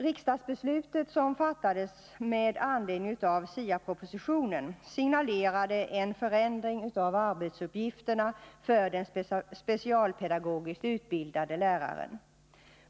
Riksdagsbeslutet som fattades med anledning av SIA-propositionen signalerade en förändring av arbetsuppgifterna för den specialpedagogiskt utbildade läraren.